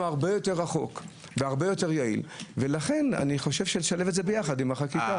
ביקשתי לקדם את החקיקה הזאת כי ראיתי שהחוק המקורי שנטלת חלק בקידומו,